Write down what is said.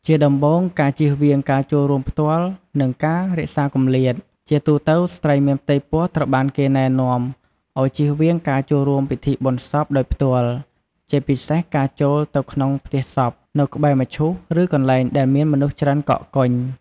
ជាដំបូង ការជៀសវាងការចូលរួមផ្ទាល់ និងការរក្សាគម្លាត ជាទូទៅស្ត្រីមានផ្ទៃពោះត្រូវបានគេណែនាំឲ្យជៀសវាងការចូលរួមពិធីបុណ្យសពដោយផ្ទាល់ ជាពិសេសការចូលទៅក្នុងផ្ទះសព នៅក្បែរមឈូស ឬកន្លែងដែលមានមនុស្សច្រើនកកកុញ។